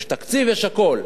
יש תקציב, יש הכול.